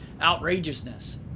outrageousness